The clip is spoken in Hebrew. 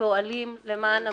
שפועלים למען המגזרים,